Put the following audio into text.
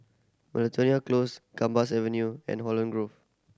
Miltonia Close Gambas Avenue and Holland Grove